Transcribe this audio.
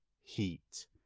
Heat